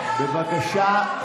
בבקשה,